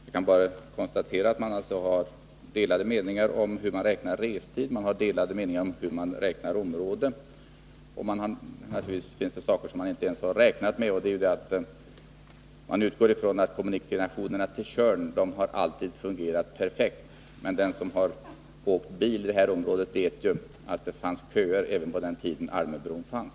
Jag kan bara konstatera att det finns delade meningar om hur man räknar fram restid m.m. Naturligtvis finns det sådant som man inte ens har räknat med. Man utgår från att kommunikationerna till Tjörn alltid har fungerat perfekt. Men den som har åkt bil i området vet att det uppstod köer även på den tid då Almöbron fanns.